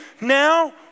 now